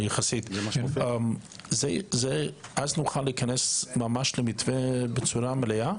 ממש נוכל להיכנס למתווה בצורה מלאה?